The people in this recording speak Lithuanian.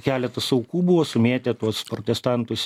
keletas aukų buvo sumėtė tuos protestantus